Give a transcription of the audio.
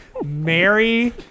Mary